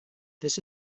this